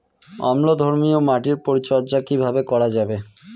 অম্লধর্মীয় মাটির পরিচর্যা কিভাবে করা যাবে?